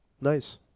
nice